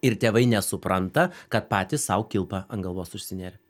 ir tėvai nesupranta kad patys sau kilpą ant galvos užsinėrė